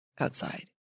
outside